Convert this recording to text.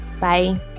Bye